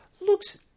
looks